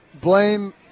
Blame